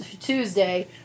Tuesday